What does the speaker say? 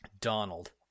Donald